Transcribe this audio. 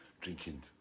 drinking